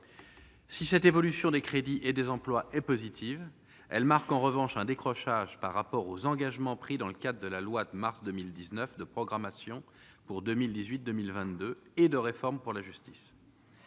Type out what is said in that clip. Si cette évolution des crédits et des emplois est positive, elle marque en revanche un décrochage par rapport aux engagements pris dans le cas de la loi de mars 2019 de programmation pour 2018, 2 1000 22 et de réforme pour la justice,